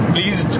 Please